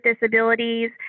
disabilities